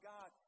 God